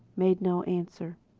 made no answer.